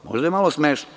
Možda je malo smešno.